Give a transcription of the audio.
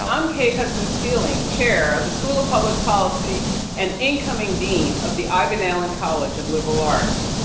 um kaye husbands fealing, chair of the school of public policy and incoming dean of the ivan allen college of liberal arts.